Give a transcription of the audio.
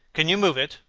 can you move it,